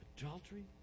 adultery